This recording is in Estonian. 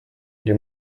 oli